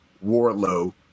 Warlow